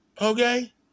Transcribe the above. Okay